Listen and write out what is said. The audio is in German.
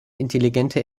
intelligente